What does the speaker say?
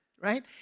right